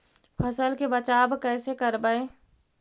फसल के बचाब कैसे करबय?